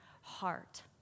heart